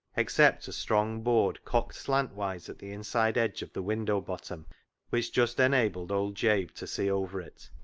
except a strong board cocked slantwise at the inside edge of the window bottom which just enabled old jabe to see over it,